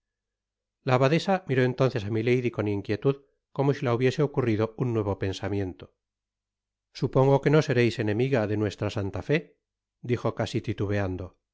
la abadesa miró entonces á milady con inquietud como si la hubiese ocurrido un nuevo pensamiento supongo que no sereis enemiga de nuestra santa fé dijo casi titubeando yo